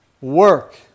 work